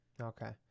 Okay